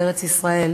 בארץ-ישראל.